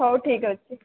ହଉ ଠିକ୍ ଅଛି